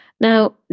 Now